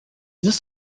this